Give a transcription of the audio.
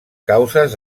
causes